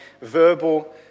verbal